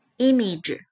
image